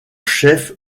chef